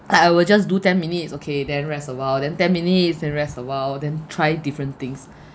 I will just do ten minutes okay then rest a while then ten minutes then rest a while then try different things